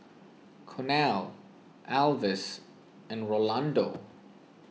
Cornel Alvis and Rolando